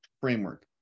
framework